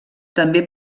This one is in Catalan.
també